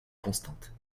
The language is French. constantes